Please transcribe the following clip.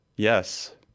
Yes